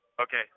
okay